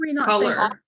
color